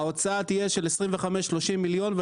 ההוצאה תהיה של 25-30 מיליון ₪,